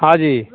हाँ जी